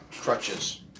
crutches